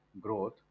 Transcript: growth